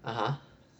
(uh huh)